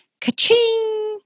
Ka-ching